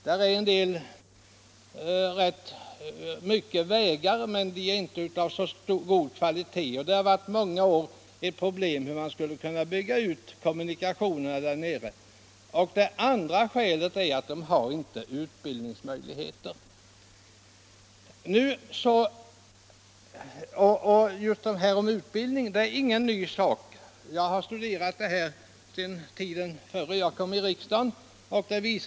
Där finns rätt mycket vägar, men de är inte av god kvalitet. Det har i många år varit ett problem att få kommunikationerna utbyggda. Den andra är att man inte har några utbildningsmöjligheter. Och det är inte något nytt. Jag har studerat denna fråga sedan tiden innan jag satt i riksdagen.